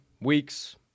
weeks